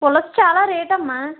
పులస చాలా రేటమ్మ